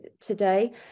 today